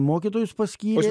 mokytojus paskyrė